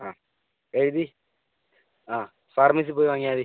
ആ എഴുതി ആ ഫാർമസി പോയി വാങ്ങിയാൽ മതി